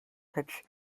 pitch